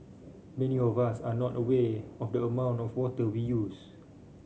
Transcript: many of us are not aware of the amount of water we use